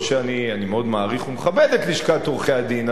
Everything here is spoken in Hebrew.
אני מאוד מעריך ומכבד את לשכת עורכי-הדין,